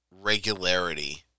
regularity